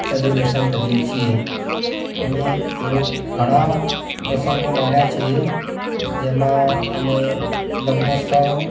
celebration કરીએ છીએ અમે એવો ઘણા પ્રસંગો માણ્યા છે જેમાં અમે લગ્નોત્સવ